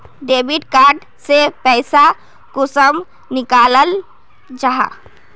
Debit card से पैसा कुंसम निकलाल जाहा?